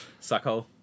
Suckhole